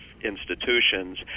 institutions